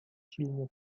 silnie